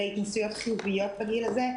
להתנסויות חיוביות בגיל הזה.